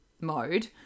mode